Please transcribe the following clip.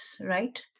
right